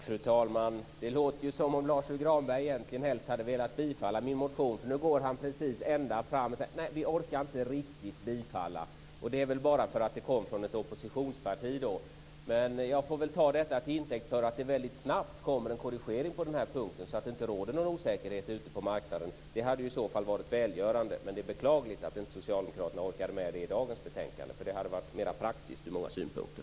Fru talman! Det låter som om Lars U Granberg egentligen helst hade velat bifalla min motion. Nu går han nästan ända fram och säger: Nej, vi orkar inte riktigt bifalla. Det är väl bara för att det kommer från en oppositionsparti. Jag får väl ta detta till intäkt för att det väldigt snabbt kommer en korrigering på den här punkten, så att det inte råder någon osäkerhet ute på marknaden. Det hade varit välgörande om detta hade kunnat ske nu. Det är beklagligt att Socialdemokraterna inte orkade med det i dagens betänkande. Det hade varit mera praktiskt ur många synpunkter.